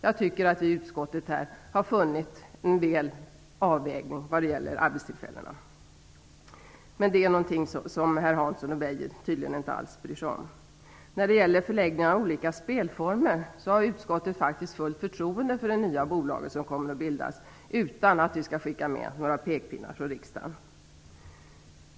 Jag anser att utskottet här har funnit en väl avvägning vad gäller arbetstillfällena. Men det är någonting som herr Hansson och herr Beijer tydligen inte alls bryr sig om. När det gäller förläggningen av olika spelformer har utskottet fullt förtroende för det nya bolaget som kommer att bildas utan att vi skall skicka med några pekpinnar från riksdagen.